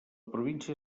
província